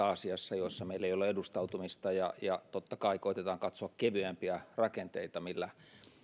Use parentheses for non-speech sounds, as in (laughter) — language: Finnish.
(unintelligible) aasiassa joissa meillä ei ole edustautumista ja ja totta kai koetetaan katsoa kevyempiä rakenteita millä